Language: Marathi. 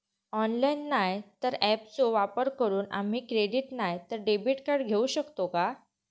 ऑनलाइन नाय तर ऍपचो वापर करून आम्ही क्रेडिट नाय तर डेबिट कार्ड घेऊ शकतो का?